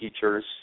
teachers